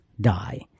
die